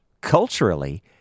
culturally